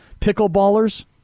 pickleballers